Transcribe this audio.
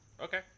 Okay